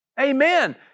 Amen